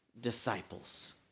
disciples